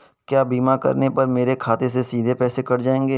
क्या बीमा करने पर मेरे खाते से सीधे पैसे कट जाएंगे?